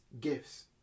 gifts